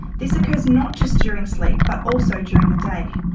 this occurs not just during sleep but also during the day.